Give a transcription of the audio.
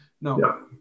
no